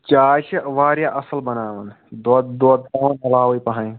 چاے چھِ واریاہ اَصٕل بَناوان دۅد دۅد تھاوان علاوے پَہم